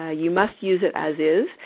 ah you must use it as is.